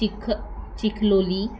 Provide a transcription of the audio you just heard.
चिख Chikhloli